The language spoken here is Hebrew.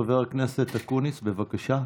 חבר הכנסת אקוניס, בבקשה.